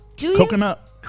Coconut